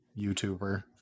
YouTuber